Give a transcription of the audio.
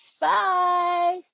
Bye